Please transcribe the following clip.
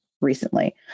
recently